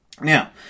Now